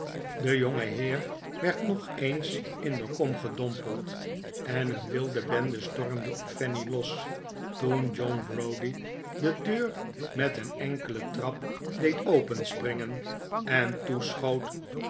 de jongeheer werd nog eens in de kom gedompeld en een wilde bende stormde op fanny los toen john browdie de deur met een enkelen trap deed openspringen en